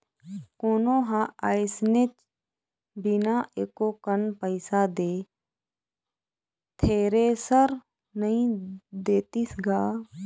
कोनो ह अइसने बिना एको कन पइसा दे थेरेसर नइ देतिस गा